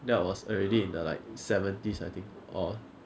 that was already in the like seventies I think or